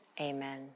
Amen